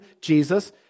Jesus